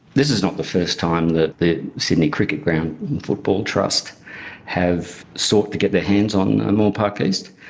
this is not the first time that the sydney cricket ground football trust have sought to get their hands on moore park east.